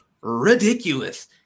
ridiculous